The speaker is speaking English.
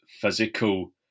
physical